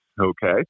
Okay